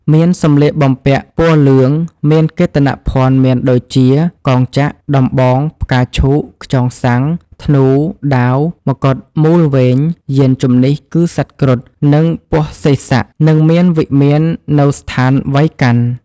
មានសម្លៀកបំពាក់ពណ៌លឿង មានកេតនភណ្ឌមានដូចជា កងចក្រ ,ដំបង ,ផ្កាឈូក ,ខ្យងស័ង្ខ ,ធ្នូ ,ដាវ ,ម្កុដមូលវែង យានជិនះ គឺសត្វគ្រុឌ និងពស់សេសៈ និងមានវិមាននៅស្ថានវៃកុណ្ឋ។